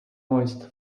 moist